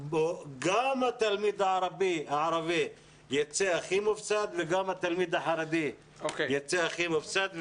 גם התלמיד הערבי וגם התלמיד החרדי ייצאו הכי מופסדים.